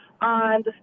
on